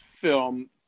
film